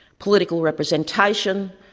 political representation,